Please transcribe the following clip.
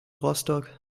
rostock